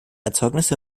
erzeugnisse